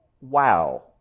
wow